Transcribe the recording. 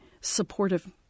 supportive